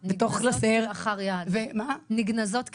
הזה של בריאות הנפש ובכלל הטיפול באובדנות,